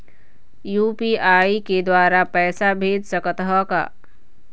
UPI के द्वारा पैसा भेज सकत ह का?